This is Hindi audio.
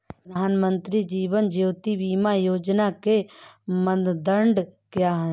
प्रधानमंत्री जीवन ज्योति बीमा योजना के मानदंड क्या हैं?